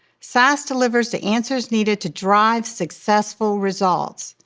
sas delivers the answers needed to drive successful results.